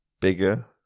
bigger